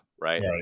right